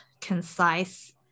concise